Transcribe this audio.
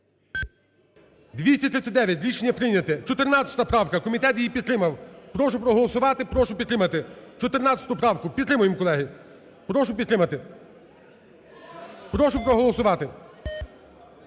За-239 Рішення прийняте. 14 правка. Комітет її підтримав. Прошу проголосувати, прошу підтримати, 14 правку підтримаємо, колеги. Прошу підтримати, прошу проголосувати.